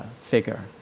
figure